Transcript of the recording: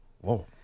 Whoa